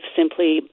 simply